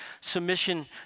Submission